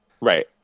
Right